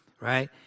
Right